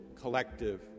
collective